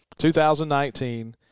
2019